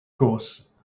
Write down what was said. course